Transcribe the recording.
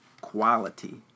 quality